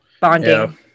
bonding